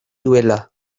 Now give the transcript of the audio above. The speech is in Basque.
duela